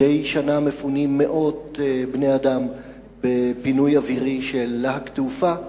מדי שנה מפונים מאות בני-אדם בפינוי אווירי של "להק תעופה".